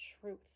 truth